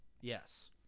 yes